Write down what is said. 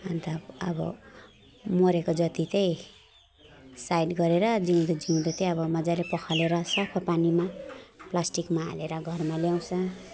अन्त अब मरेको जति चाहिँ साइड गरेर जिउँदो जिउँदो चाहिँ मजाले पखालेर सफा पानीमा प्लास्टिकमा हालेर घरमा ल्याउँछ